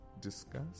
Discuss